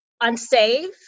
unsafe